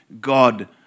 God